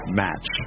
match